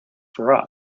for